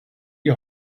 die